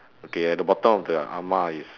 okay at the bottom of the ah-ma is